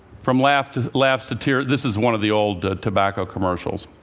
from laughs laughs to tears this is one of the older tobacco commercials.